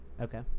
Okay